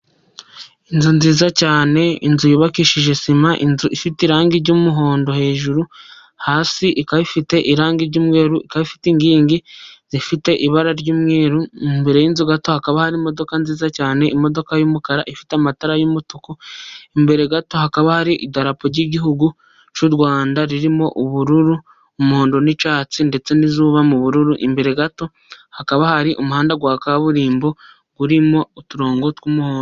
Inzu nziza cyane, inzu yubakishije sima inzu ifite irangi ry'umuhondo hejuru, hasi ikaba ifite irangi ifite inkingi zifite ibara ry'umweru, imbere y'inzu gato hakaba hari imodoka nziza cyane imodoka y'umukara ifite amatara y'umutuku, imbere gato hakaba hari idarapo ry'igihugu cy'u Rwanda ririmo ubururu, umuhondo n'icyatsi, ndetse n'izuba mu bururu, imbere gato hakaba hari umuhanda wa kaburimbo urimo uturongo tw'umuhondo.